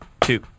two